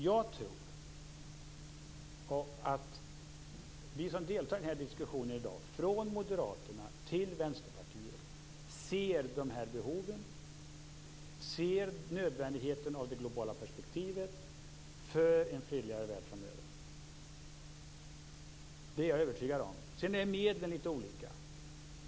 Jag tror att vi som deltar i den här diskussionen i dag, från Moderaterna till Vänsterpartiet, ser behoven och nödvändigheten av det globala perspektivet, för en fredligare värld framöver. Det är jag övertygad om. Sedan är medlen lite olika.